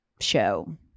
show